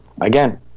again